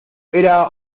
era